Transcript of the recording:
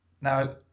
Now